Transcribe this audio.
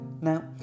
Now